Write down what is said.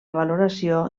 valoració